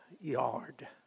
yard